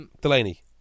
Delaney